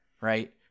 right